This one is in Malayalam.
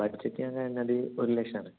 ബഡ്ജറ്റ് ഞാൻ പറഞ്ഞാൽ ഒരു ലക്ഷമാണ്